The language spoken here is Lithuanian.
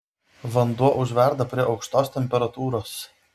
vanduo užverda prie aukštos temperatūros